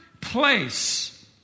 place